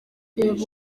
reba